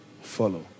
follow